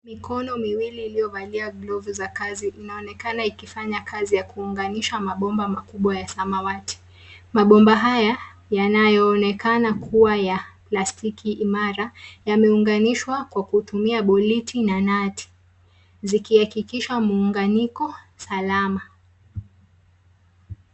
Mikono miwili iliyovalia gloviu za kazi inaonekana ikifanya kazi ya kuunganisha mabomba makubwa ya samawati mabomba haya yanaonekana kua ya plastiki imara yameunganishwa kwa kutumia boliti na nati zikihakikisha muunganiko salama.